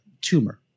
tumor